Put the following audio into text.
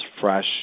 fresh